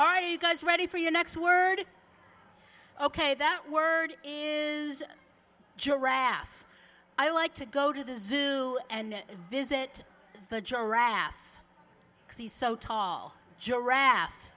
are you guys ready for your next word ok that word in giraffe i like to go to the zoo and visit the giraffe because he's so tall giraffe